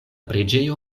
preĝejo